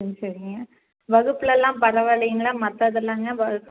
ம் சரிங்க வகுப்பிலலெல்லாம் பரவாயில்லைங்களா மற்றது எல்லாங்க வகுப்